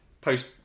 Post